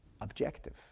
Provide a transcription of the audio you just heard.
objective